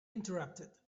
interrupted